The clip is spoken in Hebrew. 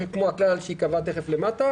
כמו הכלל שייקבע למטה,